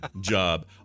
job